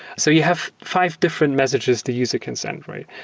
so you have five different messages the user can send, right?